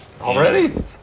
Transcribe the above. Already